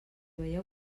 veieu